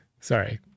sorry